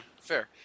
Fair